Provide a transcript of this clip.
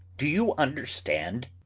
do you understand?